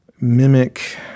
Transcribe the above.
mimic